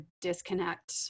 disconnect